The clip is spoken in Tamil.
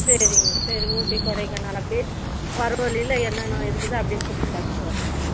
சரிங்க சரி ஊட்டி கொடைக்கானல் அப்படியே வர வழியில் என்னென்னா இருக்குதோ அப்படியே சுற்றி பார்த்துட்டு வரது தான்